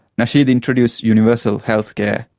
nasheed introduced universal healthcare,